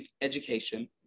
education